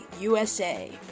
USA